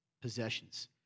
Possessions